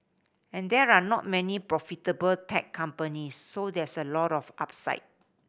and there are not many profitable tech companies so there's a lot of upside